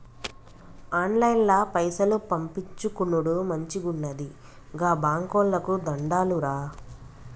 ఆన్లైన్ల పైసలు పంపిచ్చుకునుడు మంచిగున్నది, గా బాంకోళ్లకు దండాలురా